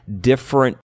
different